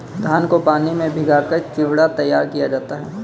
धान को पानी में भिगाकर चिवड़ा तैयार किया जाता है